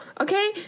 Okay